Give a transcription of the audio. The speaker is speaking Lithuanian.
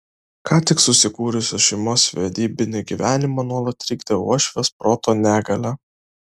ką tik susikūrusios šeimos vedybinį gyvenimą nuolat trikdė uošvės proto negalia